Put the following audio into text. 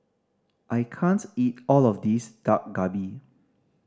I can't eat all of this Dak Galbi